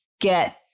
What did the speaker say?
get